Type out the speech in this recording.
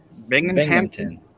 Binghampton